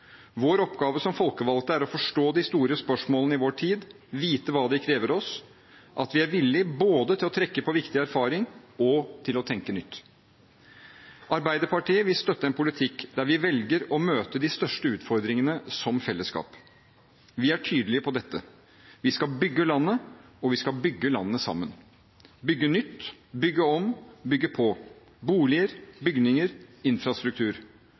Vår oppgave som folkevalgte er å forstå de store spørsmålene i vår tid og vite hva de krever av oss – at vi er villige både til å trekke på viktig erfaring og til å tenke nytt. Arbeiderpartiet vil støtte en politikk der vi velger å møte de største utfordringene som fellesskap. Vi er tydelige på dette: Vi skal bygge landet, og vi skal bygge landet sammen. Vi skal bygge nytt, bygge om, bygge på – boliger, bygninger, infrastruktur